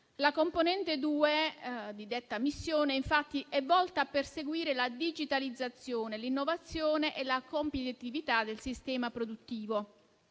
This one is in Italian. La componente 2 di detta missione, infatti, è volta a perseguire la digitalizzazione, l'innovazione e la competitività del sistema produttivo.